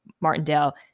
Martindale